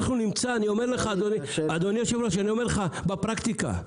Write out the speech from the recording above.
אדוני היושב-ראש, בפרקטיקה,